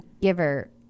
Giver